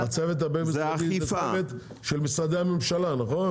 הצוות הבין משרדי זה צוות של משרדי ממשלה, נכון?